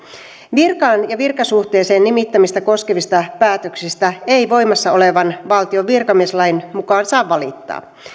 virkaan ja virkasuhteeseen nimittämistä koskevista päätöksistä ei voimassa olevan valtion virkamieslain mukaan saa valittaa